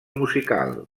musical